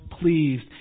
pleased